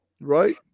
Right